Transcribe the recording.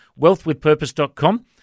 wealthwithpurpose.com